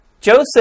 Joseph